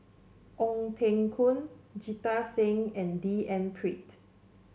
Ong Teng Koon Jita Singh and D N Pritt